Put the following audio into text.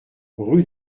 rue